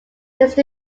based